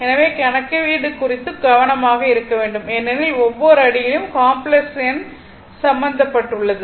எனவே கணக்கீடு குறித்து கவனமாக இருக்க வேண்டும் ஏனெனில் ஒவ்வொரு அடியிலும் காம்ப்ளக்ஸ் எண் சம்பந்தப்பட்டுள்ளது